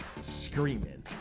screaming